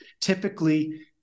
typically